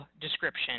description